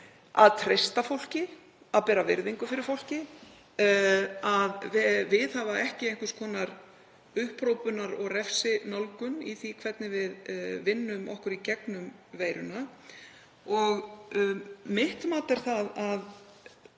að treysta fólki og bera virðingu fyrir fólki og viðhafa ekki einhvers konar upphrópunar- og refsinálgun í því hvernig við vinnum okkur í gegnum veiruna. Og mitt mat er að það